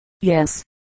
Yes